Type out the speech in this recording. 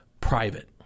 private